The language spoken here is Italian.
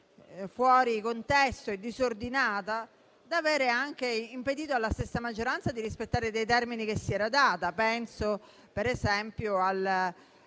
fuori contesto e disordinata da avere anche impedito alla stessa maggioranza di rispettare dei termini che si era data. Penso, per esempio, al